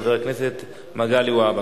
חבר הכנסת מגלי והבה.